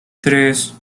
tres